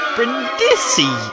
Brindisi